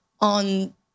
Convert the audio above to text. on